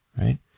right